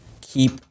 keep